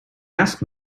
ask